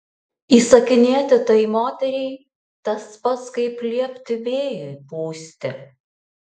įsakinėti tai moteriai tas pats kaip liepti vėjui pūsti